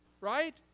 right